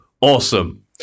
Awesome